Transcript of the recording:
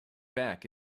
back